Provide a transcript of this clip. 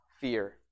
fear